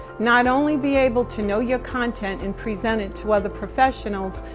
not only be able to know your content, and present it to other professionals,